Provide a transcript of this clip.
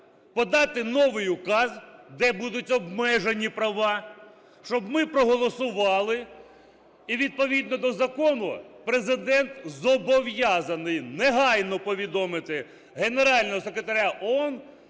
подати новий указ, де будуть обмежені права, щоб ми проголосували. І відповідно до закону Президент зобов'язаний негайно повідомити Генерального секретаря ООН